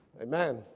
Amen